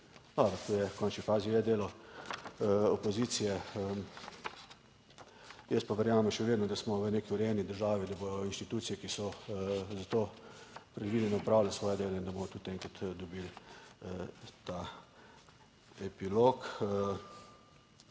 to je v končni fazi je delo opozicije. Jaz pa verjamem še vedno, da smo v neki urejeni državi, da bodo inštitucije, ki so za to predvidene, opravlja svoje delo in da bomo tudi enkrat dobili ta epilog.